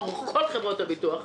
כל חברות הביטוח --- קרן,